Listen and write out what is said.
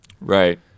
Right